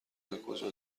کجا